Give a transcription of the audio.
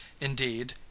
Indeed